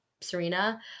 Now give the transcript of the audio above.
Serena